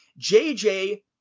JJ